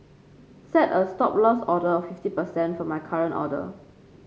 set a Stop Loss order of fifty percent for my current order